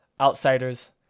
Outsiders